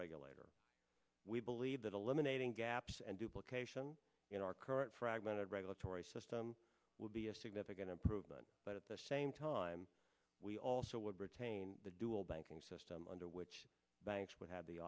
regulator we believe that eliminating gaps and duplications in our current fragmented regulatory system would be a significant improvement but at the same time we also would retain the dual banking system under which banks would have the